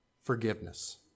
forgiveness